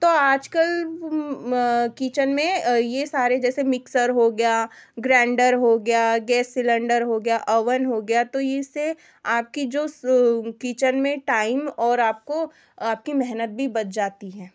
तो आज कल किचन में यह सारे जैसे मिक्सर हो गया ग्रैंडर हो गया गैस सिलेंडर हो गया अवन हो गया तो यह इससे आपकी जो सु किचन में टाइम और आपको आपकी मेहनत भी बच जाती है